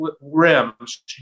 rims